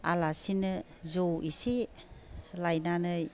आलासिनो जौ इसे लाबोनानै